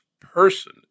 person